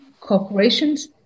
corporations